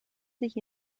sich